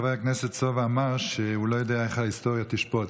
חבר הכנסת סובה אמר שהוא לא יודע איך ההיסטוריה תשפוט.